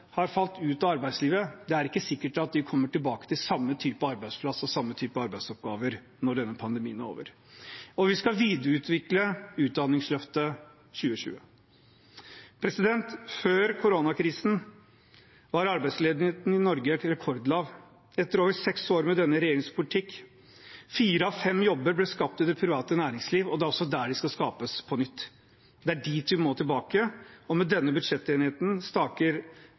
har falt ut av arbeidslivet, er det ikke sikkert kommer tilbake til samme type arbeidsplass og samme type arbeidsoppgaver når denne pandemien er over. Og vi skal videreutvikle Utdanningsløftet 2020. Før koronakrisen var arbeidsledigheten i Norge rekordlav etter over seks år med denne regjeringens politikk. Fire av fem jobber ble skapt i det private næringsliv, og det er også der de skal skapes på nytt. Det er dit vi må tilbake, og med denne budsjettenigheten staker